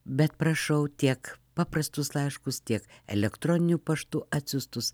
bet prašau tiek paprastus laiškus tiek elektroniniu paštu atsiųstus